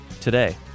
today